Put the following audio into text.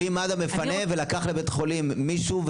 ואם מד"א מפנה ולקח לבית חולים מישהו,